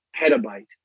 petabyte